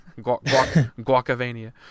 Guacavania